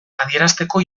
adierazteko